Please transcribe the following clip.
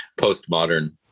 postmodern